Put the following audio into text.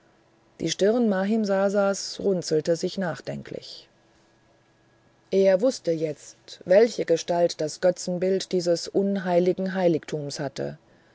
die stirn mahimsasas runzelte sich nachdenklich er wußte jetzt welche gestalt das götzenbild dieses unheiligen heiligtums hatte